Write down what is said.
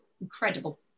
incredible